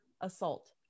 assault